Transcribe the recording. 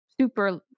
super